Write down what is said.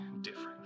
different